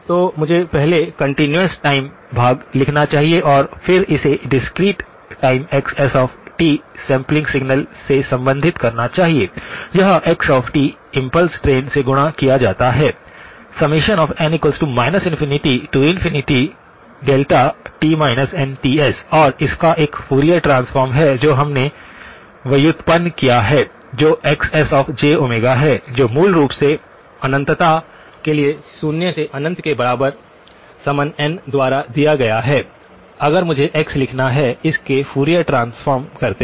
तो मुझे पहले कंटीन्यूअस समय भाग लिखना चाहिए और फिर इसे डिस्क्रीट समय xs सैंपलिंग सिग्नल से संबंधित करना चाहिए यह x इम्पल्स ट्रेन से गुणा किया जाता है n ∞δ और इसका एक फूरियर रूपांतरण है जो हमने व्युत्पन्न किया है जो XS है जो मूल रूप से अनंतता के लिए शून्य से अनंत के बराबर समन n द्वारा दिया गया है अगर मुझे x लिखना है इस के फूरियर रूपांतरण करते हैं